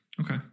okay